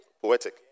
poetic